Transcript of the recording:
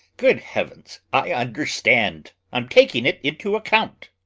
good heavens! i understand! i'm taking it into account.